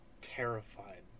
terrified